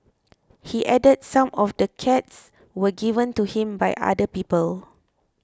he added some of the cats were given to him by other people